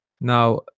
Now